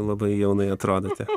labai jaunai atrodote